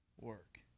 work